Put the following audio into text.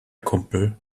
kumpel